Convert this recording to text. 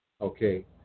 Okay